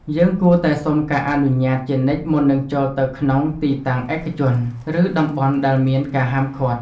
យើងគួរតែសុំការអនុញ្ញាតជានិច្ចមុននឹងចូលទៅក្នុងទីតាំងឯកជន ឬតំបន់ដែលមានការហាមឃាត់។